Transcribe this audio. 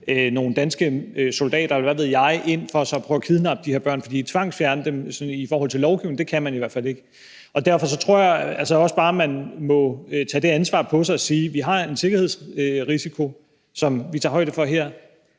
nogle danske soldater, eller hvad ved jeg, ind for at prøve at kidnappe de her børn. Men det at tvangsfjerne dem kan man i hvert fald ikke i forhold til lovgivningen. Derfor tror jeg, at man bare må tage det ansvar på sig og sige: Vi har en sikkerhedsrisiko, som vi tager højde for her,